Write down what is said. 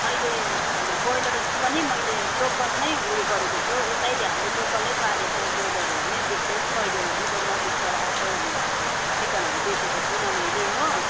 अहिले अन्त ब्रोयलर पनि मैले लोकल नै उयो गरेको छु हौ यतै हाम्रो लोकलै पालेको ब्रोयलरहरू नै बेच्दैछु अहिले उँधो मधेसबाट आएको चिकनहरू बेचेको छुइनँ मैले हो